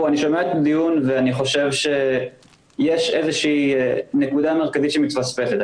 אני שומע את הדיון ואני חושב שיש איזו שהיא נקודה מרכזית שמתפספסת.